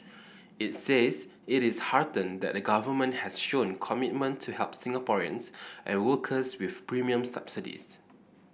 it says it is heartened that the Government has shown commitment to help Singaporeans and workers with premium subsidies